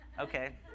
okay